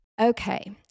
Okay